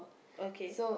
okay